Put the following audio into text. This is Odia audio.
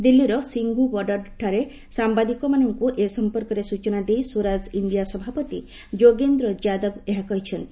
ଦିଲ୍ଲୀର ସିଙ୍ଘୁ ବର୍ଡ଼ର୍ଠାରେ ସାମ୍ବାଦିକମାନଙ୍କୁ ଏ ସମ୍ପର୍କରେ ସୂଚନା ଦେଇ ସ୍ୱରାଜ ଇଣ୍ଡିଆ ସଭାପତି ଯୋଗେନ୍ଦ୍ର ଯାଦବ ଏହା କହିଛନ୍ତି